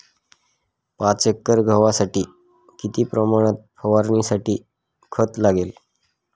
पाच एकर गव्हासाठी किती प्रमाणात फवारणीसाठी खत लागेल?